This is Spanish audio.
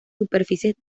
superficies